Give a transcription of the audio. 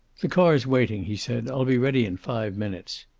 the car's waiting, he said. i'll be ready in five minutes.